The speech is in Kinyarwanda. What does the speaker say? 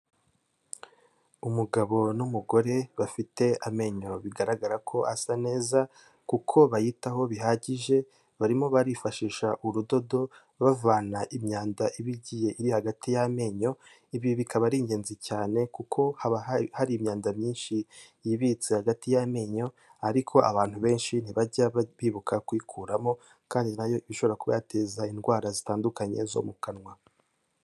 Umugabo n'umugore bafite amenyo bigaragara ko asa neza, kuko bayitaho bihagije, barimo barifashisha urudodo bavana imyanda iba igi iri hagati y'amenyo, ibi bikaba ari ingenzi cyane kuko hari imyanda myinshi yibitse hagati y'amenyo, ariko abantu benshi ntibajya bibuka kuyikuramo kandi nayo ishobora kuba yateza indwara zitandukanye zo mu kanwa.